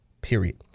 period